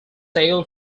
sail